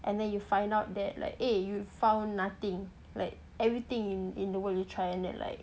and then you find out that like eh you found nothing like everything in the world you try and that like